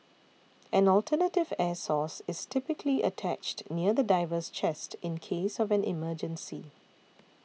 an alternative air source is typically attached near the diver's chest in case of an emergency